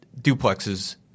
duplexes